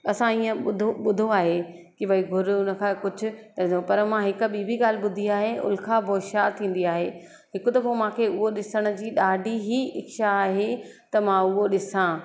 असां ईअं ॿुधो ॿुधो आहे कि भाई घुर उन खां कुझु त पर मां हिक ॿी बि ॻाल्हि ॿुधी आहे उन खां पोइ छा थींदी आहे हिकु दफ़ो मूंखे उहो ॾिसण जी ॾाढी ई इच्छा आहे त मां उहो ॾिसां